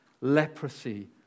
leprosy